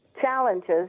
challenges